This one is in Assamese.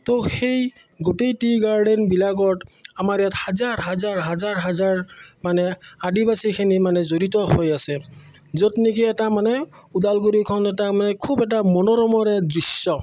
তো সেই গোটেই টি গাৰ্ডেনবিলাকত আমাৰ ইয়াত হাজাৰ হাজাৰ হাজাৰ হাজাৰ মানে আদিবাসীখিনি মানে জড়িত হৈ আছে য'ত নেকি এটা মানে ওদালগুৰিখন এটা মানে খুব এটা মনোৰমৰে দৃশ্য